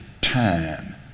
time